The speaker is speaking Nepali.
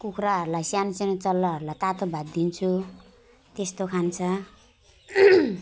कुखुराहरूलाई सान्सानो चल्लाहरूलाई तातो भात दिन्छु त्यस्तो खान्छ